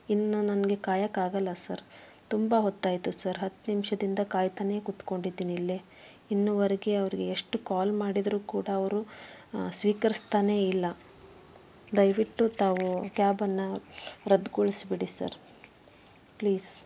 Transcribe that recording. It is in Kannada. ಇನ್ನು ನನಗೆ ಕಾಯೋಕ್ಕಾಗಲ್ಲ ಸರ್ ತುಂಬ ಹೊತ್ತಾಯಿತು ಸರ್ ಹತ್ತು ನಿಮಿಷದಿಂದ ಕಾಯ್ತನೇ ಕುತ್ಕೊಂಡಿದ್ದೀನಿ ಇಲ್ಲೆ ಇನ್ನೂವರೆಗೆ ಅವರಿಗೆ ಎಷ್ಟು ಕಾಲ್ ಮಾಡಿದರೂ ಕೂಡ ಅವರು ಸ್ವೀಕರಿಸ್ತಾನೇ ಇಲ್ಲ ದಯವಿಟ್ಟು ತಾವು ಕ್ಯಾಬನ್ನು ರದ್ದುಗೊಳಿಸಿಬಿಡಿ ಸರ್ ಪ್ಲೀಸ್